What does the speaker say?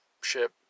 ship